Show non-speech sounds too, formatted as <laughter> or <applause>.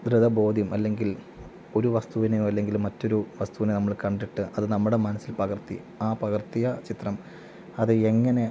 <unintelligible> ബോധ്യം അല്ലെങ്കിൽ ഒരു വസ്തുവിനെയോ അല്ലെങ്കിൽ മറ്റൊരു വസ്തുവിനെ നമ്മൾ കണ്ടിട്ട് അത് നമ്മുടെ മനസ്സിൽ പകർത്തി ആ പകർത്തിയ ചിത്രം അത് എങ്ങനെ